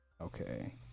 Okay